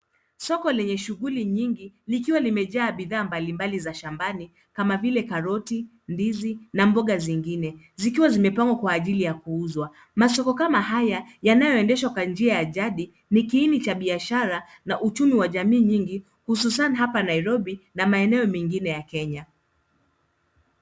Soko lenye shuguli nyingi likiwa limejaa bidhaa mbali mbali za shambani kama vile karoti, ndizi, na mboga zingine. Zikiwa zimepangwa kwa ajili ya kuuzuwa. Masoko kama haya, yanayoendeshwa kwa njia ya jadi, ni kiini cha biashara la uchumi wa jamii nyingi, hususan hapa Nairobi na maeneo mengine ya Kenya.